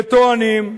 שטוענים,